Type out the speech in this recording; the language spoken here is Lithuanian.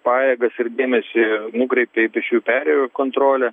pajėgas ir dėmesį nukreipė į pėsčiųjų perėjų kontrolę